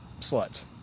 sluts